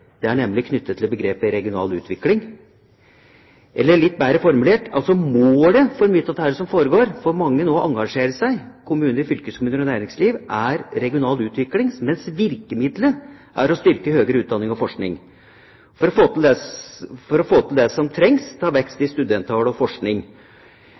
det er nemlig knyttet til begrepet regional utvikling – eller litt bedre formulert: Målet for mye av det som foregår – for mange engasjerer seg nå, i kommuner, fylkeskommuner og næringsliv – er regional utvikling, mens virkemidlet er å styrke høgere utdanning og forskning. For å få til det trengs det vekst i studenttall og forskning. Dette forstyrrer og vanskeliggjør debatten som